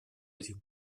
этих